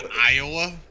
Iowa